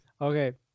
okay